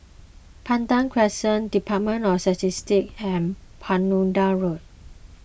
Pandan Crescent Department of Statistics and Road